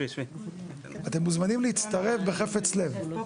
אתם מוזמנים להצטרף בחפץ לב.